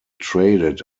traded